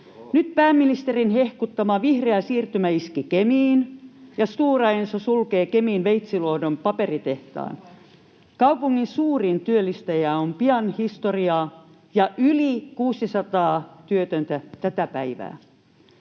Nyt pääministerin hehkuttama vihreä siirtymä iski Kemiin, ja Stora Enso sulkee Kemin Veitsiluodon paperitehtaan. Kaupungin suurin työllistäjä on pian historiaa ja yli 600 työtöntä tätä päivää.